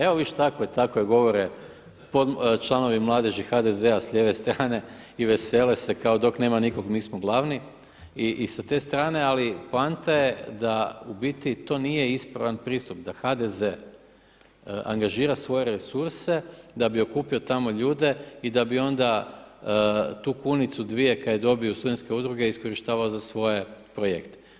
Evo vidiš tako je, tako govore članovi mladeži HDZ-a s lijeve strane i vesele se kao dok nema nikoga mi smo glavni i s te strane ali poanta je da u biti to nije ispravan pristup da HDZ-e angažira svoje resurse da bi okupio tamo ljude i da bi onda tu kunicu dvije kaj je dobio od studentske udruge iskorištavao za svoje projekte.